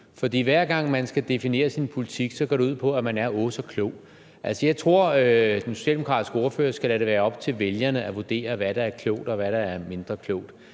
for hver gang man skal definere sin politik, går det ud på, at man er åh så klog. Altså, jeg tror, at den socialdemokratiske ordfører skal lade det være op til vælgerne at vurdere, hvad der er klogt, og hvad der er mindre klogt.